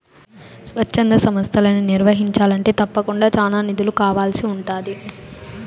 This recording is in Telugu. స్వచ్ఛంద సంస్తలని నిర్వహించాలంటే తప్పకుండా చానా నిధులు కావాల్సి ఉంటాది